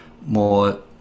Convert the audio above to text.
more